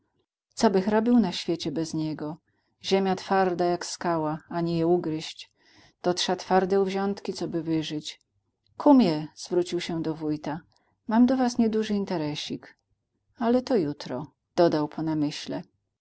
coby robił na świecie bez niego ziemia twarda jak skała ani je ugryść to trza twarde uwziątki coby wyżej kumie zwrócił się do wójta mam do was nieduży interesik ale to jutro dodał po namyśle